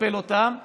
מקפל אותם ונכנס,